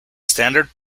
standard